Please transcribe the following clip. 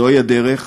זוהי הדרך,